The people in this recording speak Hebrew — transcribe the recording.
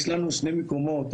יש לנו שני מקומות,